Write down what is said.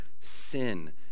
sin